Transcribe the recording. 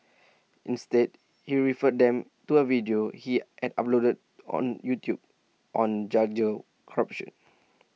instead he referred them to A video he had uploaded on YouTube on corruption